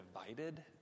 divided